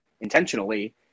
intentionally